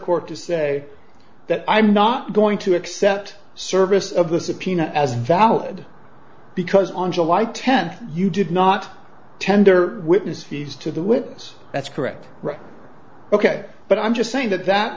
court to say that i'm not going to accept service of the subpoena as valid because on july tenth you did not tender witness fees to the witness that's correct ok but i'm just saying that that